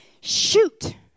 shoot